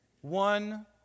One